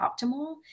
optimal